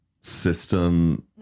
System